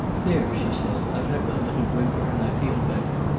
there, she said. i've had my little whimper, and i feel better.